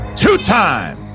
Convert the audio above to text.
two-time